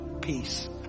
peace